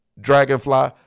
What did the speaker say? dragonfly